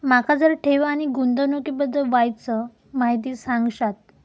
माका जरा ठेव आणि गुंतवणूकी बद्दल वायचं माहिती सांगशात?